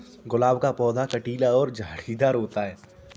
गुलाब का पौधा कटीला और झाड़ीदार होता है